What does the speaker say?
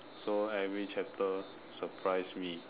so every chapter surprise me